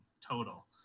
total